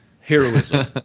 Heroism